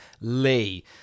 Lee